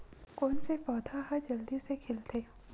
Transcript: कोन से पौधा ह जल्दी से खिलथे?